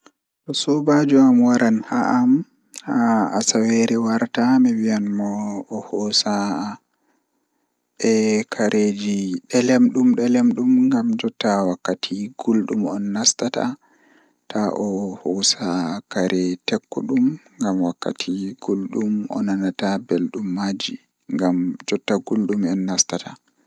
So njate gorko ɗoo njulɓe yaha ngoo, mi hiɓa mo yaru huwdi ka heɓde leɓɓe waɗuɗi. So waɗiɗo jamma e mbanni, mi ɗoowi mo dow mawniraaji e saareje ɗowri. So ɗuuɗi puccu, ɗum fow fayii minirɗo feere wujje sarii e winndina. So gorko njulɓe waɗɗi njammu mbulaare, waɗiima leɓɓe waɗata noom